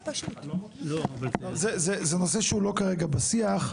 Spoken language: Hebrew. זה נושא שהוא לא כרגע בשיח.